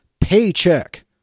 paycheck